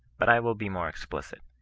but i will be more explicit.